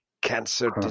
cancer